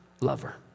lover